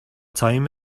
time